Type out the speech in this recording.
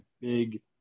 big